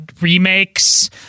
remakes